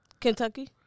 Kentucky